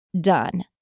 done